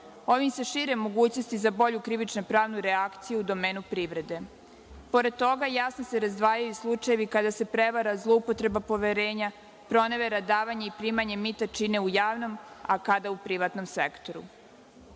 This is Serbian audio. Ovim se šire mogućnosti za bolju krivično pravnu reakciju u domenu privrede. Pored toga, jasno se razdvajaju i slučajevi kada se prevara, zloupotreba poverenja, pronevera i davanje i primanje mita čine u javnom, a kada u privatnom sektoru.